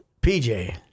PJ